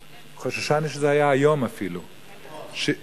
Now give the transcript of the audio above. חוששני שזה היה היום, אפילו, אתמול.